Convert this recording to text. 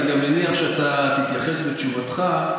אני גם מניח שאתה תתייחס בתשובתך.